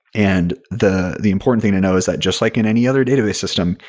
and the the important thing to know is that just like in any other database system,